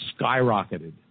skyrocketed